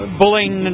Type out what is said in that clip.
bullying